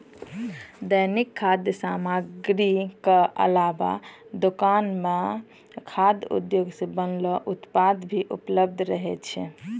दैनिक खाद्य सामग्री क अलावा राशन दुकान म खाद्य उद्योग सें बनलो उत्पाद भी उपलब्ध रहै छै